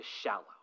shallow